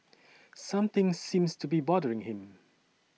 something seems to be bothering him